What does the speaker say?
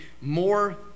more